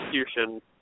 execution